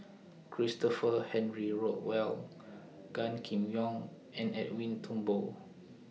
Christopher Henry Rothwell Gan Kim Yong and Edwin Thumboo